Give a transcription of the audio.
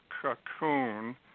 cocoon